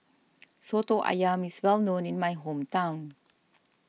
Soto Ayam is well known in my hometown